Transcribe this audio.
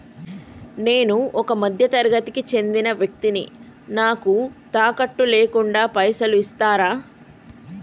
నేను ఒక మధ్య తరగతి కి చెందిన వ్యక్తిని నాకు తాకట్టు లేకుండా పైసలు ఇస్తరా?